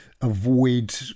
avoid